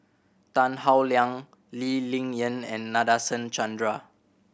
Tan Howe Liang Lee Ling Yen and Nadasen Chandra